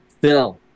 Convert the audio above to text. Phil